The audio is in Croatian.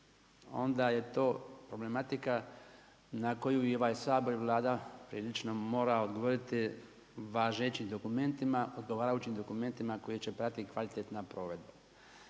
onda je to problematika na koju i ovaj Sabor i Vlada prilično mora odgovoriti važećim dokumentima, odgovarajućim dokumentima koje će pratiti i kvalitetna provedba.